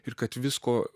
ir kad visko